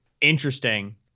Interesting